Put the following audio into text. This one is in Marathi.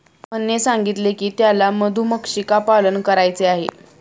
रोहनने सांगितले की त्याला मधुमक्षिका पालन करायचे आहे